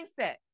mindset